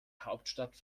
hauptstadt